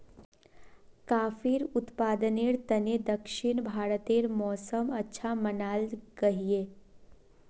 काफिर उत्पादनेर तने दक्षिण भारतेर मौसम अच्छा मनाल गहिये